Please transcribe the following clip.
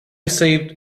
saved